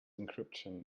encryption